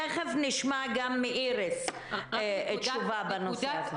תכף נשמע מאיריס תשובה בנושא הזה.